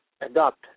adopt